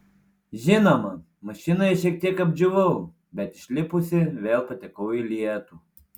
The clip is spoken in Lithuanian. žinoma mašinoje šiek tiek apdžiūvau bet išlipusi vėl patekau į lietų